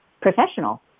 professional